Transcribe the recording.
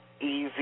easy